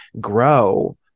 grow –